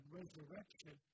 resurrection